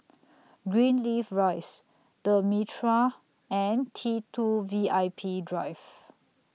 Greenleaf Rise The Mitraa and T two V I P Drive